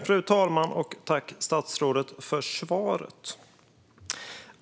Fru talman! Tack, statsrådet, för svaret!